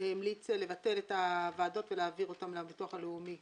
המליץ לבטל את הוועדות ולהעביר אותן לביטוח הלאומי.